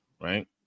right